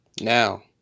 Now